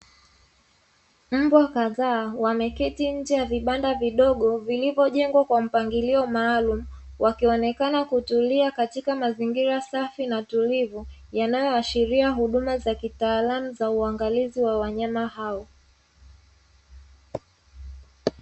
Mbwa kadhaa wameketi nje ya vibanda vidogo, vilivyojengwa kwa mpangilio maalumu, wakionekana kutulia katika mazingira safi na tulivu, yanayoashiria huduma za kitaalamu za uangalizi wa wanyama hao.